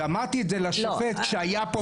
אמרתי את זה לשופט כשהיה פה בביקור.